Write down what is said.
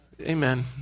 Amen